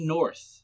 North